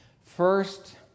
First